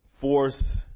force